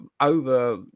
over